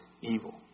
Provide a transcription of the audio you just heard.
evil